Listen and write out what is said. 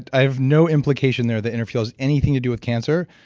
i have no implication there that inner fuel has anything to do with cancer.